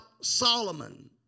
Solomon